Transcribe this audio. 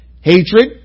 Hatred